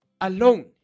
alone